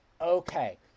okay